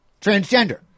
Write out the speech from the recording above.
transgender